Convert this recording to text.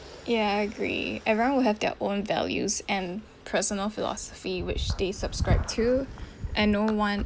ya I agree everyone will have their own values and personal philosophy which they subscribe to and no one